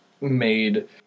made